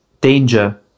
danger